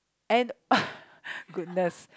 and goodness